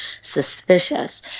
suspicious